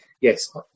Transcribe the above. Yes